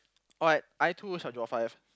what I too shall draw five